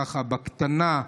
ככה בקטנה,